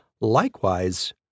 Likewise